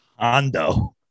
Ando